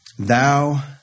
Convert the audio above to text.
Thou